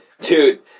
Dude